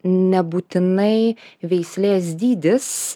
nebūtinai veislės dydis